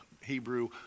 Hebrew